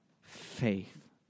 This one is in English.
faith